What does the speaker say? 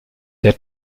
der